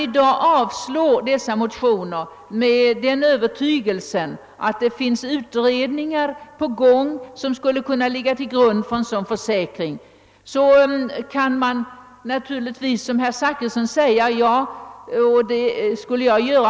Utskottet — avstyrker motionerna i denna fråga i den övertygelsen att utredningar som pågår skall kunna skapa en grundval för en försäkring av nämnt slag.